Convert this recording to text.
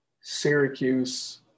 Syracuse